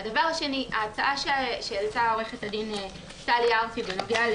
אני רוצה להגיד משהו לגבי הצעת טלי ארפי מהאוצר.